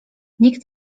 nikt